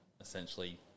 essentially